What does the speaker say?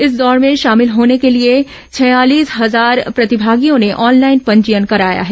इस दौड़ में शामिल होने के लिए छियालीस हजार प्रतिभागियों ने ऑनलाइन पंजीयन कराया है